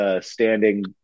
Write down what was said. standing